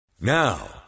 Now